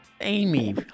Amy